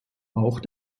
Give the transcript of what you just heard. auch